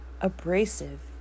Abrasive